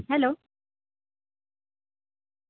hello